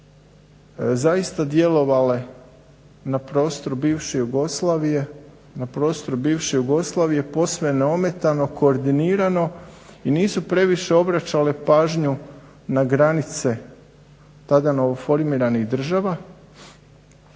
zaista djelovale na prostoru bivše Jugoslavije, posve neometano, koordinirano. I nisu previše obraćale pažnju na granice tada novoformiranih država